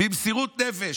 במסירות נפש.